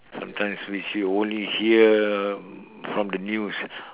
sometimes which you only hear from the news